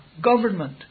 government